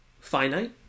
finite